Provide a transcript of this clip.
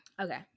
Okay